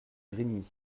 grigny